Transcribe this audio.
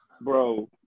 Bro